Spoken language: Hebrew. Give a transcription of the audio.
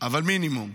אבל מינימום.